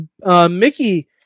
Mickey